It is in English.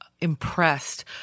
impressed